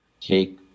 take